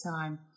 time